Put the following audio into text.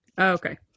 Okay